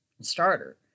starter